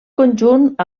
conjunt